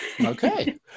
Okay